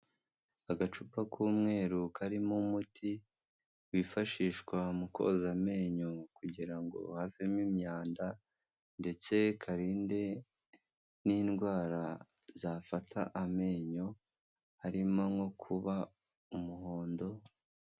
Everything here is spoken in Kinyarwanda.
Agacupa k'umweru karimo umuti wifashishwa mu koza amenyo kugira ngo havemo imyanda ndetse karinde n'indwara zafata amenyo harimo nko kuba umuhondo.